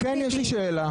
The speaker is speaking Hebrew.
אבל זה לא שאלה פוליטית,